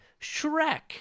Shrek